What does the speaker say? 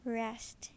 rest